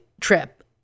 trip